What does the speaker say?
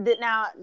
now